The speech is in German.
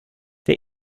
der